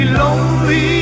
lonely